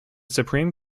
supreme